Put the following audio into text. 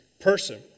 person